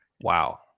Wow